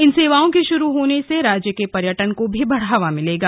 इन सेवाओं के शुरू होने से राज्य के पर्यटन को भी बढ़ावा मिलेगा